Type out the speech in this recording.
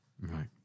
Right